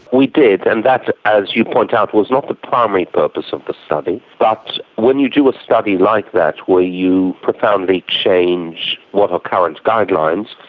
we did and that, as you point out, was not the primary purpose of the study. but when you do a study like that where you profoundly change what are current guidelines,